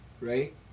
right